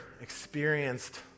experienced